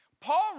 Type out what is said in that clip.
Paul